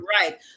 Right